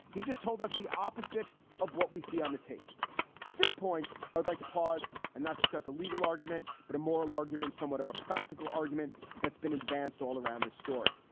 he just told us the opposite of what we see on the tape at this point. i would like to pause and not discuss a legal argument, but a moral argument, somewhat of a practical argument that's been advanced all around this story.